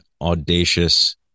audacious